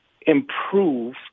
improve